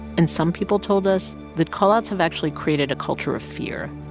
and some people told us that call-outs have actually created a culture of fear.